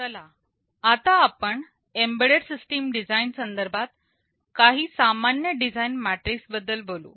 चला आता आपण एम्बेडेड सिस्टीम डिझाईन संदर्भात काही सामान्य डिझाईन मेट्रिक्स बद्दल बोलू